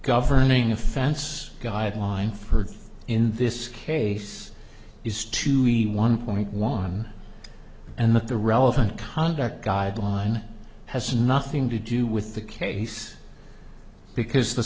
governing offense guideline for heard in this case is to be one point one and that the relevant conduct guideline has nothing to do with the case because the